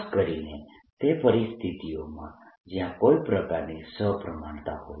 ખાસ કરીને તે પરિસ્થિતિઓમાં જ્યાં કોઈ પ્રકારની સપ્રમાણતા હોય